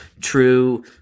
true